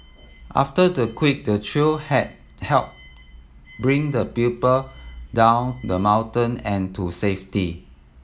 after the quake the trio had helped bring the pupil down the mountain and to safety